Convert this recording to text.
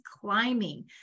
climbing